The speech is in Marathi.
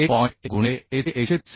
1गुणिले h हे 130 येइल